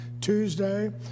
Tuesday